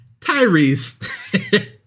Tyrese